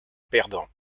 perdant